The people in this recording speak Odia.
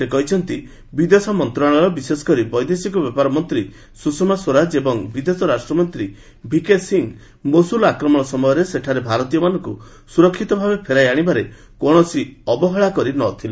ସେ କହିଛନ୍ତି ବିଦେଶ ମନ୍ତ୍ରଣାଳୟ ବିଶେଷକରି ବିଦୈଶିକ ବ୍ୟାପାର ମନ୍ତ୍ରୀ ସୁଷମା ସ୍ୱରାଜ ଏବଂ ବିଦେଶ ରାଷ୍ଟ୍ରମନ୍ତ୍ରୀ ଭିକେ ସିଂହ ମୋସୁଲ ଆକ୍ରମଣ ସମୟରେ ସେଠାର ଭାରତୀୟମାନଙ୍କୁ ସୁରକ୍ଷିତ ଭାବେ ଫେରାଇ ଆଣିବାରେ କୌଣସି ଅବହେଳା କରି ନ ଥିଲେ